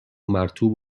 مرطوب